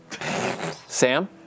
Sam